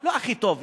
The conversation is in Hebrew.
לא הכי טוב.